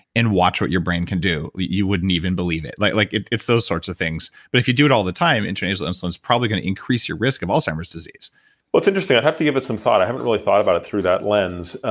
and watch what your brain can do. you wouldn't even believe it. like like it's those sorts of things. but if you do it all the time, intranasal insulin is probably gonna increase your risk of alzheimer's disease well it's interesting. i have to give it some thought. i haven't really thought about it through that lens,